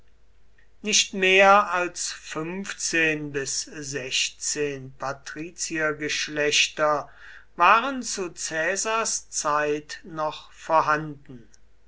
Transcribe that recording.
nicht mehr als fünfzehn bis sechzehn patriziergeschlechter waren zu caesars zeit noch vorhanden